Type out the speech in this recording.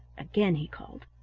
again he called,